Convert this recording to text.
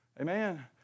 Amen